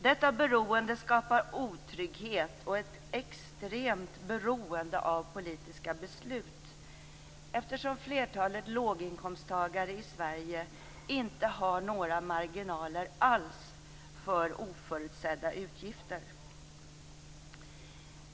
Detta beroende skapar otrygghet och ett extremt beroende av politiska beslut, eftersom flertalet låginkomsttagare i Sverige inte har några marginaler alls för oförutsedda utgifter.